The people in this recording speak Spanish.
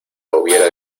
hubiera